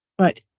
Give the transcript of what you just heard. Right